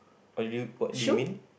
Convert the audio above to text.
what do you what do you mean